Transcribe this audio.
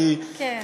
כן.